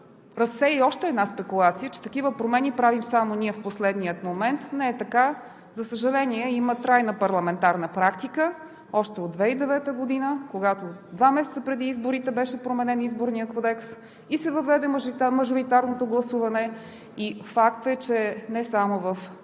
разсея още една спекулация, че такива промени правим само ние в последния момент. Не е така. За съжаление, има трайна парламентарна практика още от 2009 г., когато два месеца преди изборите беше променен Изборният кодекс и се въведе мажоритарното гласуване. Факт е, че не само в БСП има мажоритарно